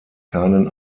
keinen